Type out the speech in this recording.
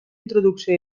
introducció